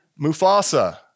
Mufasa